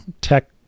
tech